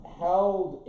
held